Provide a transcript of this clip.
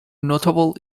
notable